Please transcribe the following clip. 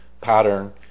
pattern